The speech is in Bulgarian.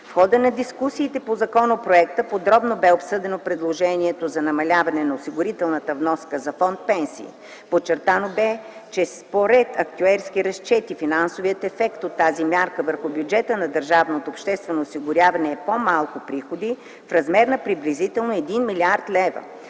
В хода на дискусиите по законопроекта подробно бе обсъдено предложението за намаляване на осигурителната вноска за Фонд „Пенсии”. Подчертано бе, че според актюерски разчети финансовият ефект от тази мярка върху бюджета на държавното обществено осигуряване е по-малко приходи в размер на приблизително 1 млрд. лв.